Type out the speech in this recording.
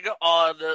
on